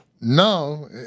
No